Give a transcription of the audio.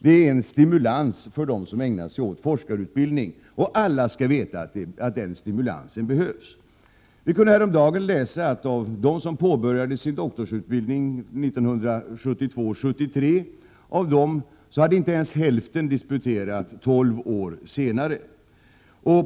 Det är en stimulans för dem som ägnar sig åt forskarutbildning. Alla skall veta att den stimulansen behövs. Vi kunde häromdagen läsa att av dem som påbörjade sin doktorsutbildning 1972 och 1973 hade inte ens hälften disputerat tolv år senare.